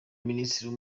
minisitiri